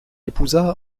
épousa